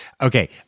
Okay